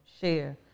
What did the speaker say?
share